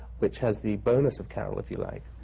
which has the bonus of carol, if you like.